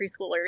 preschoolers